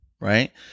right